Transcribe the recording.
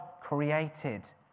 created